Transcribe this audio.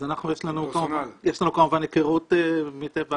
יש לנו כמובן היכרות מטבע העשייה,